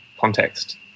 context